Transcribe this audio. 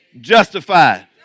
justified